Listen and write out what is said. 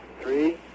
Three